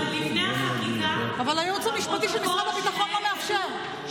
אבל הייעוץ המשפטי של משרד הביטחון לא מאפשר,